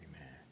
amen